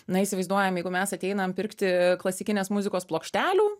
na įsivaizduojam jeigu mes ateinam pirkti klasikinės muzikos plokštelių